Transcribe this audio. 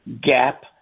gap